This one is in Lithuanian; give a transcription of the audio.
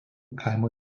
kaimo